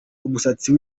umusatsi